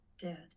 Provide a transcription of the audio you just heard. dead